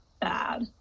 bad